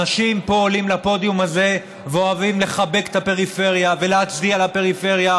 אנשים פה עולים לפודיום הזה ואוהבים לחבק את הפריפריה ולהצדיע לפריפריה,